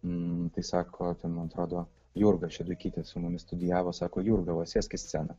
nu tai sako ten man atrodo jurga šeduikytė su mumis studijavo sako jurga va sėsk į sceną